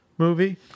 movie